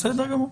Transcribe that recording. בסדר גמור.